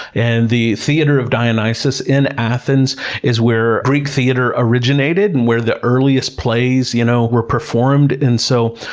and the theater of dionysus in athens is where greek theatre originated and where the earliest plays you know were performed. and so,